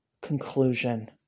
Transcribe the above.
conclusion